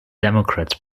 democrats